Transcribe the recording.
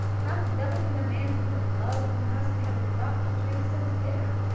how the devil can a man think of love who hasn't had a drop to drink since dinner?